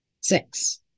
Six